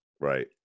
right